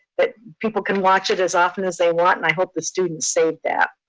but people can watch it as often as they want, and i hope the students save that.